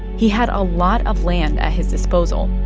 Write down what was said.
he had a lot of land at his disposal,